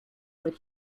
but